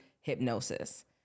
hypnosis